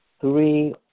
three